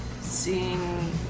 seeing